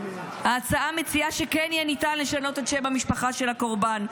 ההצעה מציעה שכן יהיה ניתן לשנות את שם המשפחה של הקורבן,